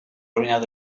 ruinas